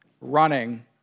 running